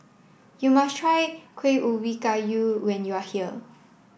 you must try Kueh Ubi Kayu when you are here